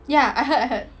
ya I heard I heard